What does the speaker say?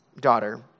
daughter